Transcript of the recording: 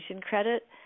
credit